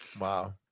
Wow